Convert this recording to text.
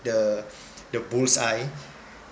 the the bullseye